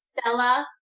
Stella